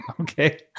Okay